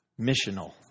missional